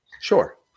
Sure